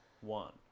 one